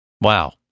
Wow